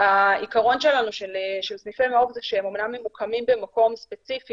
העיקרון שלנו של סניפי מעוף זה שהם אמנם ממוקמים במקום ספציפי,